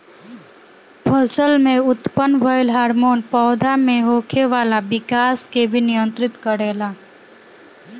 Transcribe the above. फसल में उत्पन्न भइल हार्मोन पौधा में होखे वाला विकाश के भी नियंत्रित करेला